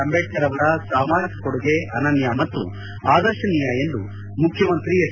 ಅಂಬೇಡ್ಕರ್ ಅವರ ಸಾಮಾಜಿಕ ಕೊಡುಗೆ ಅನನ್ಯ ಮತ್ತು ಆದರ್ತನೀಯ ಎಂದು ಮುಖ್ಯಮಂತ್ರಿ ಹೆಚ್